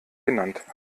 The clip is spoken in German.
genannt